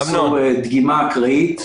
עשו דגימה אקראית,